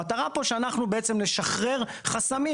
המטרה פה היא שאנחנו בעצם נשחרר חסמים,